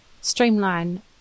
streamline